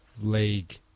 league